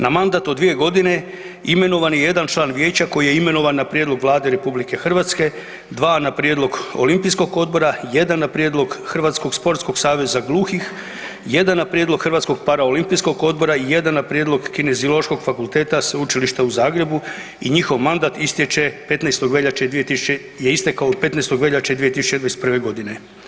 Na mandat od 2 godine imenovan je 1 član vijeća koji je imenovan na prijedlog Vlade RH, 2 na prijedlog Olimpijskom odbora, 1 na prijedlog Hrvatskog sportskog saveza gluhih, 1 na prijedlog Hrvatskog paraolimpijskog odbora i 1 na prijedlog Kineziološkog fakulteta Sveučilišta u Zagrebu i njihov mandat istječe 15. veljače, je istekao 15. veljače 2021. godine.